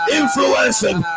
influencing